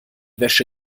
wäsche